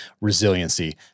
resiliency